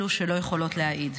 אלו שלא יכולות להעיד.